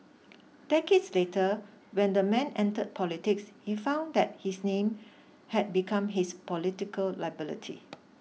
decades later when the man entered politics he found that his name had become his political liability